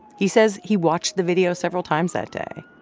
he says he watched the video several times that day.